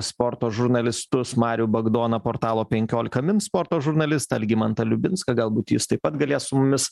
sporto žurnalistus marių bagdoną portalo penkiolika min sporto žurnalistą algimantą liubinską galbūt jis taip pat galės su mumis